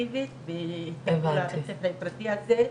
סלקטיבית והלכו לבית ספר בפרטי הזה,